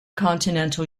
continental